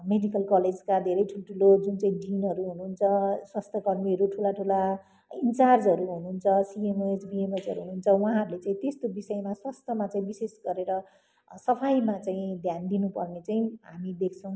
medical कलेजको धेरै ठुल्ठुलो जुन चाहिँ डिनहरू हुनुहुन्छ स्वास्थ्यकर्मीहरू ठुला ठुला इन्चार्जहरू हुनुहुन्छ सिएमएस पिएमएसहरू हुनुहुन्छ उहाँहरूले चाहिँ त्यस्तो विषयमा स्वास्थ्यमा चाहिँ विशेष गरेर सफाईमा चाहिँ ध्यान दिनुपर्ने चाहिँ हामी देख्छौँ